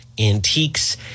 Antiques